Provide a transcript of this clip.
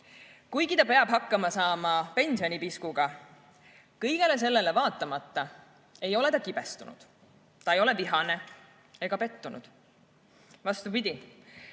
kuigi ta peab hakkama saama pensioni piskuga, ei ole ta kõigele sellele vaatamata kibestunud. Ta ei ole vihane ega pettunud. Vastupidi,